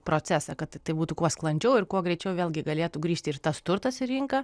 procesą kad tai būtų kuo sklandžiau ir kuo greičiau vėlgi galėtų grįžti ir tas turtas į rinką